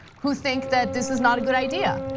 who think that this is not a good idea,